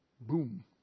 boom